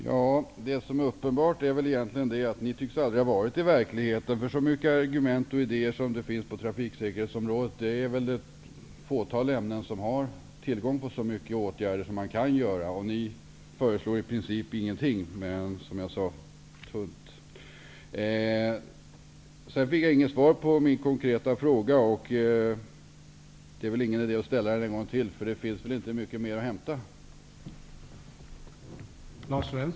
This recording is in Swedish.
Herr talman! Det är uppenbart att ni aldrig tycks ha varit i verkligheten. Så många argument och idéer om möjliga åtgärder som det finns på trafiksäkerhetsområdet finns det endast på ett fåtal andra områden. Men ni föreslår i princip ingenting. Det är tunt. På min konkreta fråga fick jag inget svar. Men det är väl ingen idé att ställa frågan en gång till. Det finns väl inte så mycket mer information att hämta.